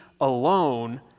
alone